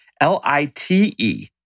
L-I-T-E